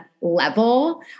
level